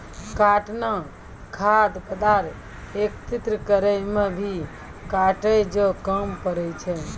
काटना खाद्य पदार्थ एकत्रित करै मे भी काटै जो काम पड़ै छै